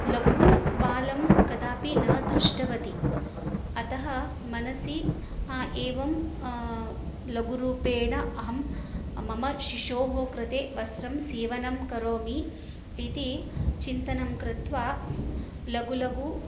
लघु बालं कदापि न दृष्टवती अतः मनसि एवं लघुरूपेण अहं मम शिशोः कृते वस्त्रं सीवनं करोमि इति चिन्तनं कृत्वा लघु लघु